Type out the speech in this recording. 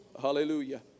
Hallelujah